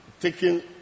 taking